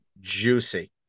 juicy